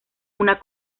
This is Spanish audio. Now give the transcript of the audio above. una